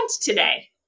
today